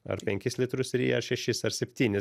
ar penkis litrus rija ar šešis ar septynis